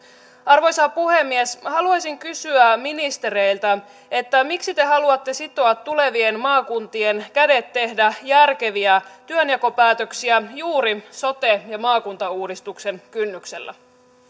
arvoisa puhemies haluaisin kysyä ministereiltä miksi te haluatte sitoa tulevien maakuntien kädet tehdä järkeviä työnjakopäätöksiä juuri sote ja maakuntauudistuksen kynnyksellä